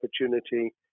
opportunity